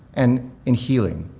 and in healing.